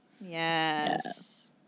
Yes